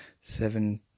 seven